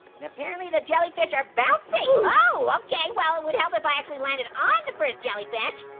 and apparently the jellyfish are bouncing. okay, well it would help if i actually landed on the first jellyfish.